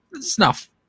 Snuff